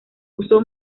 uso